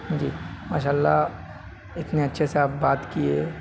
جی ماشاء اللہ اتنے اچھے سے آپ بات کیے